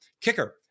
kicker